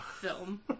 ...film